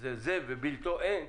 שזה זה ובִּלְתּוֹ אין,